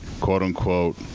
quote-unquote